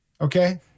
okay